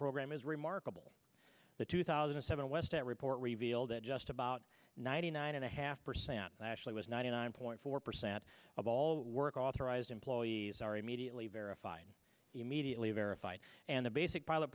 program is remarkable the two thousand and seven westat report revealed that just about ninety nine and a half percent nationally was ninety nine point four percent of all work authorized employees are immediately verified immediately verified and the basic pilot